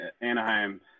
Anaheim